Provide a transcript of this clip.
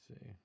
see